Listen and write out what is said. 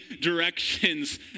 directions